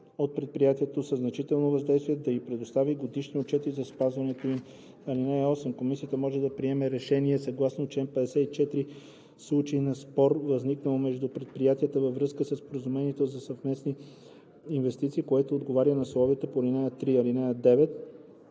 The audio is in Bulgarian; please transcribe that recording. от предприятието със значително въздействие да ѝ предоставя годишни отчети за спазването им. (8) Комисията може да приеме решение съгласно чл. 54 в случай на спор, възникнал между предприятия във връзка със споразумение за съвместни инвестиции, което отговаря на условията по ал. 3. (9)